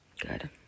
Good